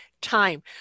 time